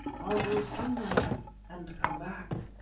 i'll go somewhere and come back.